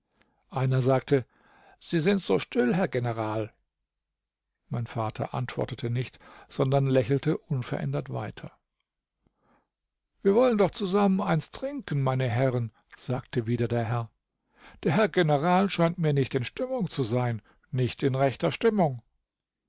einer sagte sie sind so still herr general mein vater antwortete nicht sondern lächelte unverändert weiter wir wollen doch zusammen eins trinken meine herren sagte wieder der herr der herr general scheint mir nicht in stimmung zu sein nicht in rechter stimmung